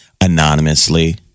anonymously